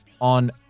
on